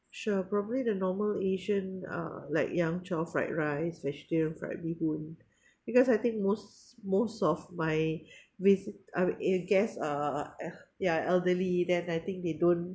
sure probably the normal asian uh like yang chow fried rice vegetarian fried beehoon because I think most most of my vis~ uh eh guest are yeah elderly then I think they don't